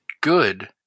good